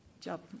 job